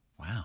Wow